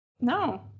No